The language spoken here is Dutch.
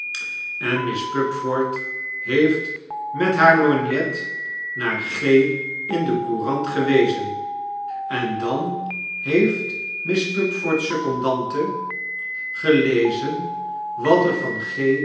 en misspupford heeft met haar lorgnet naar gk in de courant gewezen en dan heeft miss pupford's secondante gelezen wat er van